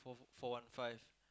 four one five